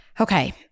Okay